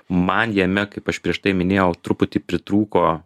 man jame kaip aš prieš tai minėjau truputį pritrūko